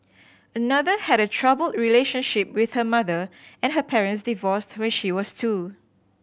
another had a troubled relationship with her mother and her parents divorced when she was two